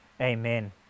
amen